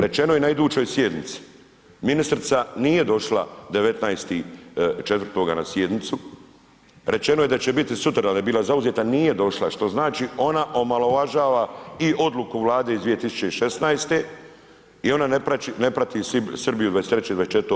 Rečeno je na idućoj sjednici, ministrica nije došla 19.4. na sjednicu, rečeno je da će biti sutradan, da je bila zauzeta, nije došla, što znači ona omalovažava i odluku Vlade iz 2016. i ona ne prati Srbiju 23., 24.